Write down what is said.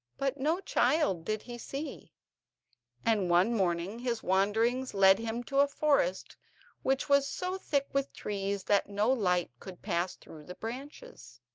but no child did he see and one morning his wanderings led him to a forest which was so thick with trees that no light could pass through the branches.